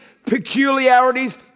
peculiarities